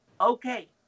okay